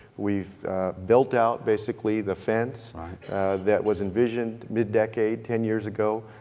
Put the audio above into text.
we've built out basically the fence that was envisioned mid decade ten years ago.